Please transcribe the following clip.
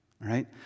right